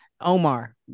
Omar